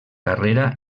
carrera